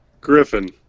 Griffin